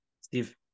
Steve